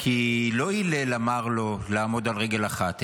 כי לא הלל אמר לו לעמוד על רגל אחת,